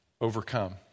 overcome